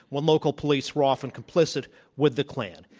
when local police were often complicit with the klan.